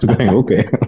Okay